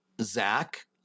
Zach